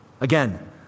Again